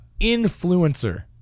influencer